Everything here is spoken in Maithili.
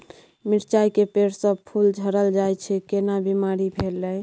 मिर्चाय के पेड़ स फूल झरल जाय छै केना बीमारी भेलई?